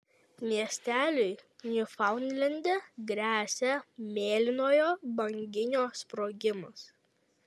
miesteliui niufaundlende gresia mėlynojo banginio sprogimas